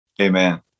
Amen